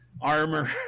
armor